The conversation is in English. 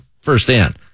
firsthand